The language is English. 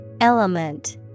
Element